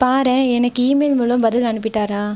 பாரேன் எனக்கு ஈமெயில் மூலம் பதில் அனுப்பிவிட்டாரா